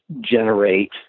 generate